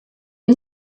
ihr